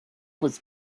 was